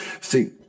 See